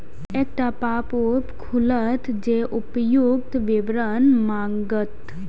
एकटा पॉपअप खुलत जे उपर्युक्त विवरण मांगत